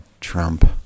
Trump